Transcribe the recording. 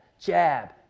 jab